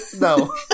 No